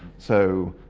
so.